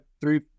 three